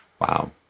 Wow